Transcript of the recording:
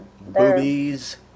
Boobies